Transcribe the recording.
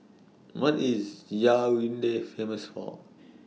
What IS Yaounde Famous For